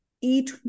eat